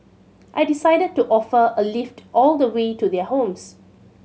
I decided to offer a lift all the way to their homes